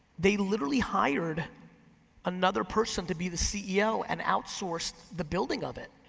they literally hired another person to be the ceo and outsourced the building of it.